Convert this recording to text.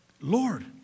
Lord